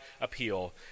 appeal